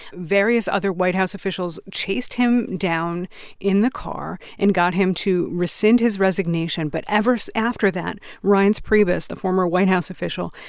various other white house officials chased him down in the car and got him to rescind his resignation. but ever after that, reince priebus, the former white house official,